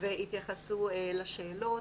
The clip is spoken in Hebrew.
ויתייחסו לשאלות.